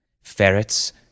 Ferrets